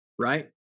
right